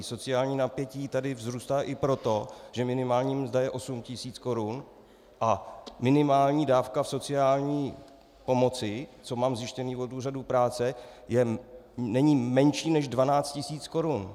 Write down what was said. Sociální napětí tady vzrůstá i proto, že minimální mzda je osm tisíc korun a minimální dávka sociální pomoci, co mám zjištěné od úřadů práce, není menší než dvanáct tisíc korun.